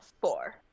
four